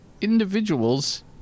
individuals